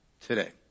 today